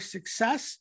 Success